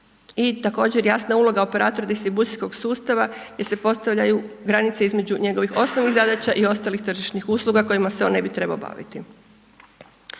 I također jasna je uloga operater distribucijskog sustava gdje se postavljaju granice između njegovih osnovnih zadaća i ostalih tržišnih usluga kojima se on ne bi trebao baviti.